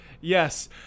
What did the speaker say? yes